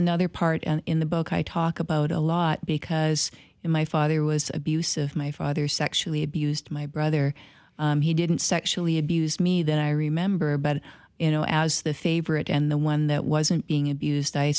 another part in the book i talk about a lot because my father was abusive my father sexually abused my brother he didn't sexually abuse me that i remember but you know as the favorite and the one that wasn't being abused i